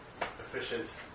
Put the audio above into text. efficient